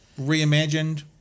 reimagined